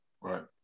Right